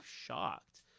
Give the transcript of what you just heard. shocked